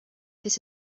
this